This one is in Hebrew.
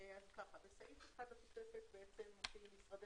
בסעיף (1) לתוספת נתחיל עם משרדי